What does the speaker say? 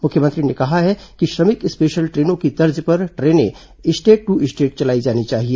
मुख्यमंत्री ने कहा है कि श्रमिक स्पेशल ट्रेनों की तर्ज पर ट्रेनें स्टेट दू स्टेट चलाई जानी चाहिए